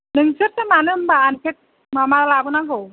नोंसोरसो मानो होमबा आनपेक माबा लाबोनांगौ